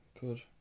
good